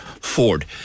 Ford